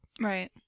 Right